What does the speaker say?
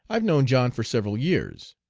i've known john for several years.